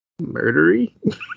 murdery